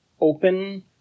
open